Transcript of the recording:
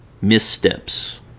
missteps